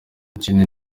ikindi